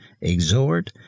exhort